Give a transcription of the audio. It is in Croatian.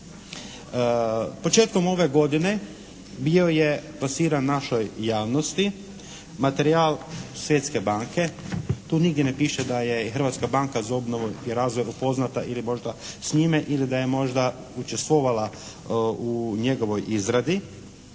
Početkom ove godine bio je plasiran našoj javnosti materijal Svjetske banke. Tu nigdje ne piše da je Hrvatska banka za obnovu i razvoj upoznata ili možda s time ili da je možda učestvovala u njegovoj izradi.